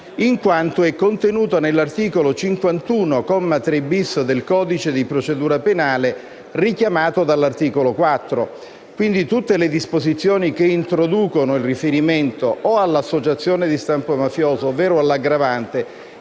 in quanto è contenuto nell'articolo 51, comma 3-*bis* del codice di procedura penale richiamato dall'articolo 4. Quindi tutte le disposizioni che introducono il riferimento o all'associazione di stampo mafioso ovvero all'aggravante